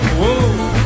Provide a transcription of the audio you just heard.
Whoa